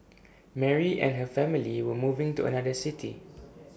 Mary and her family were moving to another city